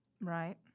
Right